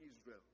Israel